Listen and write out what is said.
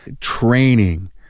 training